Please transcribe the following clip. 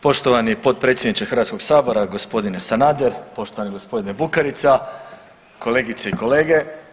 Poštovani potpredsjedniče Hrvatskog sabora, gospodine Sanader, poštovani gospodine Bukarica, kolegice i kolege.